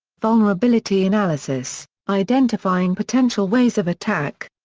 vulnerability analysis identifying potential ways of attack.